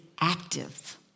active